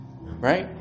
Right